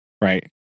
right